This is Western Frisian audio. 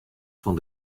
fan